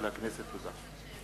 תודה.